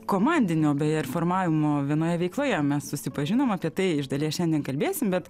komandinio beje ir formavimo vienoje veikloje mes susipažinom apie tai iš dalies šiandien kalbėsim bet